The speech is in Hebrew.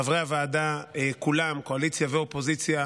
חברי הוועדה כולם, קואליציה ואופוזיציה,